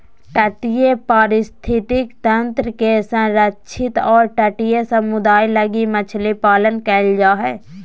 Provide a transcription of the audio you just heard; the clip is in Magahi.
तटीय पारिस्थितिक तंत्र के संरक्षित और तटीय समुदाय लगी मछली पालन करल जा हइ